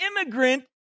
immigrant